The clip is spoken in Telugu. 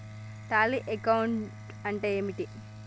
టాలీ అకౌంటింగ్ అంటే ఏమిటి?